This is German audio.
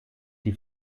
die